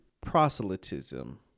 Proselytism